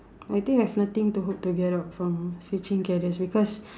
I think you've nothing to hope to get out from switching careers because